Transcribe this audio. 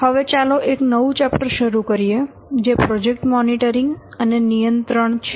હવે ચાલો એક નવું ચેપ્ટર શરુ કરીએ જે પ્રોજેક્ટ મોનીટરીંગ અને નિયંત્રણ છે